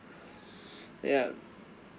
ya